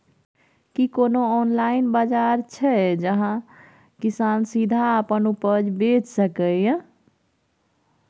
की कोनो ऑनलाइन बाजार हय जहां किसान सीधा अपन उपज बेच सकलय हन?